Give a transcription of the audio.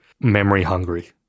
memory-hungry